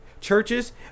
churches